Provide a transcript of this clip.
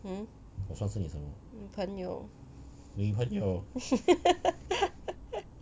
hmm 女朋友